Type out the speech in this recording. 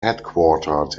headquartered